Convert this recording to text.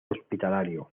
hospitalario